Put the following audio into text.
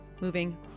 moving